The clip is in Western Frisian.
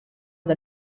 der